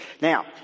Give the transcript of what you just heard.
Now